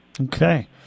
Okay